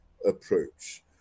Approach